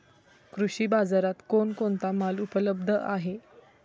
कृषी बाजारात कोण कोणता माल उपलब्ध आहे?